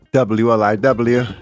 W-L-I-W